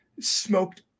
smoked